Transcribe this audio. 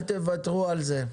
אל תוותרו על זה.